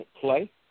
play